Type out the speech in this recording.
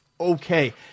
okay